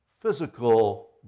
physical